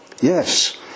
Yes